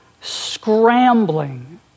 scrambling